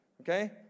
okay